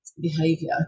behavior